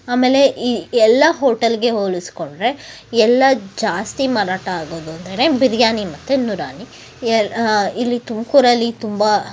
ಆಮೇಲೆ ಈ ಎಲ್ಲ ಹೋಟೆಲ್ಗೆ ಹೋಲಿಸ್ಕೊಂಡ್ರೆ ಎಲ್ಲ ಜಾಸ್ತಿ ಮಾರಾಟ ಆಗೋದು ಅಂದ್ರೆ ಬಿರಿಯಾನಿ ಮತ್ತು ನೂರಾನಿ ಎಲ್ಲ ಇಲ್ಲಿ ತುಮಕೂರಲ್ಲಿ ತುಂಬ